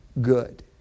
Good